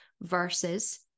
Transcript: versus